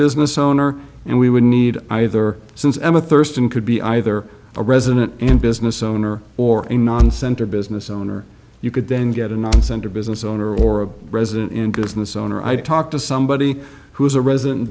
business owner and we would need either since emma thurston could be either a resident and business owner or a non center business owner you could then get in on center business owner or a resident in business owner i talked to somebody who is a resident